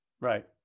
Right